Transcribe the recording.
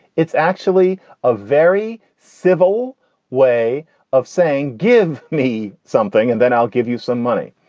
it's actually a very civil way of saying give me something and then i'll give you some money.